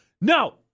no